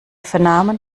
vernahmen